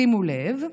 שימו לב: